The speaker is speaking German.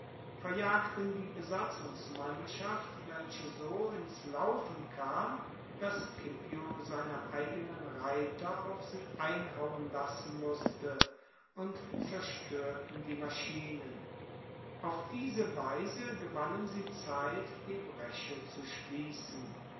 verjagten die besatzungsmannschaft welche so ins laufen kam daß scipio seine eigenen reiter auf sie einhauen lassen mußte und zerstörten die maschinen auf diese weise gewannen sie zeit die bresche zu schließen